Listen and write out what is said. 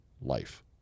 life